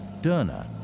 derna,